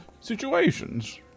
situations